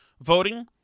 voting